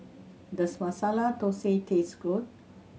does Masala Thosai taste good